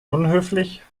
unhöflich